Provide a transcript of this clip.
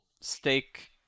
Steak